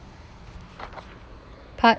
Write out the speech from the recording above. part